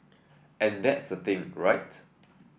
and that's the thing right